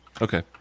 Okay